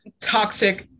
toxic